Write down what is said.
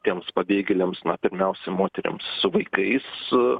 tiems pabėgėliams na pirmiausia moterims su vaikais